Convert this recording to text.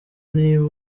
niba